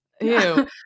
Ew